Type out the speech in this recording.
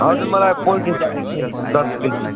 हजुर मलाई पोल्ट्री चाहिएको थियो नि दस केजी